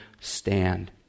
stand